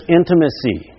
intimacy